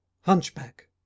Hunchback